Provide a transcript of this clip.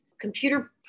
computer